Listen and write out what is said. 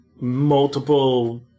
multiple